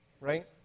Right